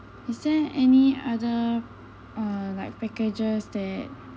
is there any other uh like packages that